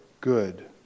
good